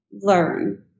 learn